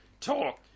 talk